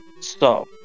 Stop